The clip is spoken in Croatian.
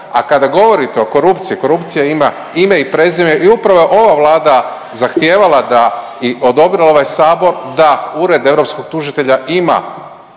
a kada govorite o korupciji, korupcija ima ime i prezime i upravo je ova Vlada zahtijevala da i odobrila ovaj Sabor da Ured europskog tužitelja ima